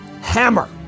hammer